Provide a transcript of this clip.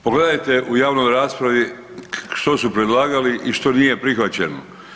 Pogledajte u javnoj raspravi što su predlagali i što nije prihvaćeno.